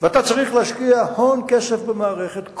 ואתה צריך להשקיע הון כסף במערכת,